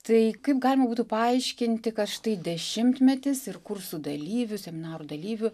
tai kaip galima būtų paaiškinti kad štai dešimtmetis ir kursų dalyvių seminarų dalyvių